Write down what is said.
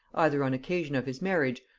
either on occasion of his marriage,